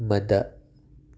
ꯃꯗ